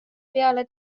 peale